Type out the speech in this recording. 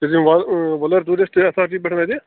تُہۍ چھِ وُلر ولُر ٹیٛوٗرسٹہٕ اٮ۪س آر ٹی پٮ۪ٹھ اَتہِ